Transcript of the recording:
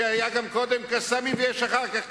כשהיו "קסאמים" גם קודם וגם אחר כך?